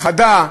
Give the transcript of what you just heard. חדה.